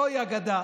זוהי אגדה